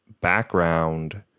background